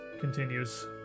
continues